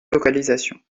localisation